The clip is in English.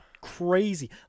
crazy